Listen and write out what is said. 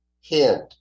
Hint